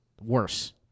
worse